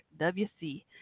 WC